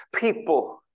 people